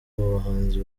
bahanzi